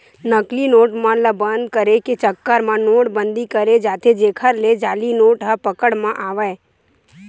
नकली नोट मन ल बंद करे के चक्कर म नोट बंदी करें जाथे जेखर ले जाली नोट ह पकड़ म आवय